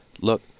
look